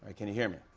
but can you hear me?